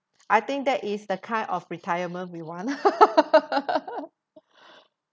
I think that is the kind of retirement we want